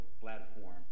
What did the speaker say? platform